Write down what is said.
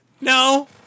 No